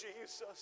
Jesus